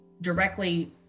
directly